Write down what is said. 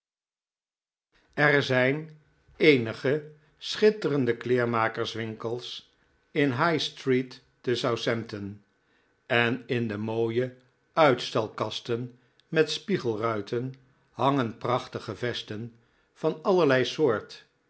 er zijn eenige schitterende kleermakerswinkels in high street te southampton en in de mooie uitstalkasten met spiegelmiten hangen prachtige vesten van allerlei soort